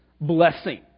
blessing